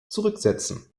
zurücksetzen